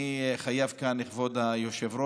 אני חייב כאן, כבוד היושב-ראש,